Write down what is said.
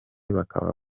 bakaba